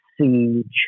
Siege